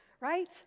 right